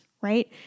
right